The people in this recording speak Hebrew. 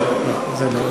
לא, זה לא.